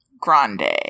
grande